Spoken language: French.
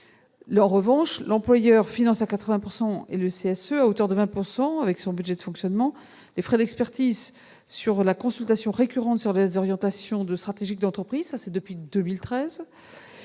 En revanche, l'employeur finance à 80 % et le CSE à hauteur de 20 %- sur son budget de fonctionnement -les frais d'expertise liés à la consultation récurrente sur les orientations stratégiques de l'entreprise- depuis 2013